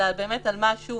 אלא באמת על משהו